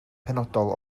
penodol